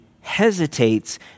hesitates